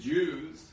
Jews